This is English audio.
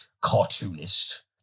cartoonist